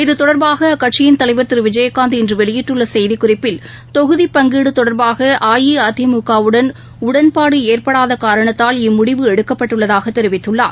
இத்தொடர்பாகஅக்கட்சியின் தலைவர் திருவிஜயகாந்த் இன்றுவெளியிட்டுள்ளசெய்திக்குறிப்பில் தொகுதி பங்கீடுதொடர்பாக உடன்பாடுஏற்படாதகாரணத்தால் அஇஅதிமுக வுடன் இம்முடிவு எடுக்கப்பட்டுள்ளதாகதெரிவித்துள்ளார்